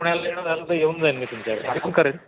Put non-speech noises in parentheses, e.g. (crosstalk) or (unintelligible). पुण्याला येणं झालं तर येऊन जाईन मी तुमच्याकडे (unintelligible) करेन